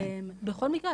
בכל מקרה,